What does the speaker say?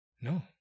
No